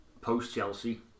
post-Chelsea